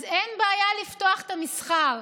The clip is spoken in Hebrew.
אז אין בעיה לפתוח את המסחר.